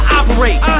operate